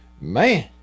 Man